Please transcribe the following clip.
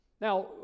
Now